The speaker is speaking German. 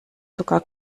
sogar